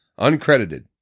uncredited